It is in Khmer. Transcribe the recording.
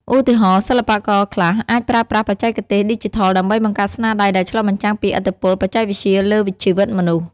ឧទាហរណ៍ សិល្បករខ្លះអាចប្រើប្រាស់បច្ចេកទេសឌីជីថលដើម្បីបង្កើតស្នាដៃដែលឆ្លុះបញ្ចាំងពីឥទ្ធិពលបច្ចេកវិទ្យាលើជីវិតមនុស្ស។